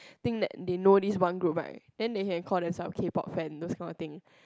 think that they know this one group right then they have called themselves K-Pop fans those kinds of thing